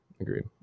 Agreed